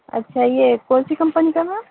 اچھا یہ کون سی کمپنی کا میم